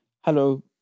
Hello